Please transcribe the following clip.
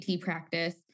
practice